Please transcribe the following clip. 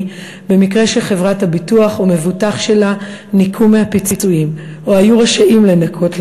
במקרה שחברת הביטוח או מבוטח שלה ניכו מהפיצויים או היו רשאים לנכות,